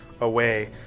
away